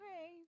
Okay